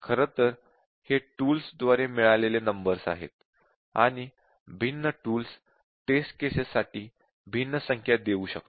खरं तर हे टूल्स द्वारे मिळालेले नंबर आहेत आणि भिन्न टूल्स टेस्ट केसेस साठी भिन्न संख्या देऊ शकतात